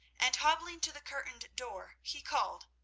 and hobbling to the curtained door, he called,